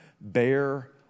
bear